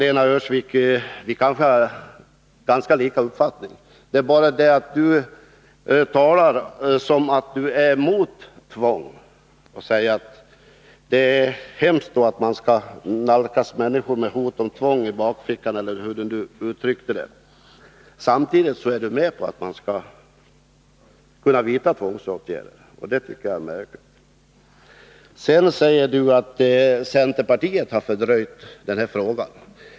Lena Öhrsvik och jag kanske har ganska lika uppfattningar. Det är bara det att Lena Öhrsvik talar som om hon är mot tvång. Hon säger att det är hemskt att man skall nalkas människor med hot om tvång i bakfickan, eller hur hon uttryckte det, samtidigt som hon är med på att man skall vidta tvångsåtgärder. Det är märkligt. Sedan säger Lena Öhrsvik att centerpartiet har fördröjt detta ärende.